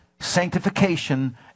sanctification